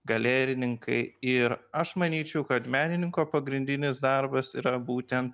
galerininkai ir aš manyčiau kad menininko pagrindinis darbas yra būtent